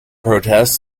protest